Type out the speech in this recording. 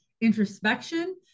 introspection